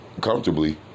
comfortably